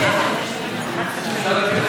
גם 14. כן.